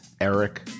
Eric